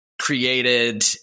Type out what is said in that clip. created